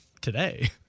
Today